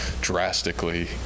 drastically